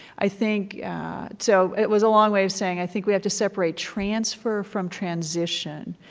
i think so it was a long way of saying i think we have to separate transfer from transition.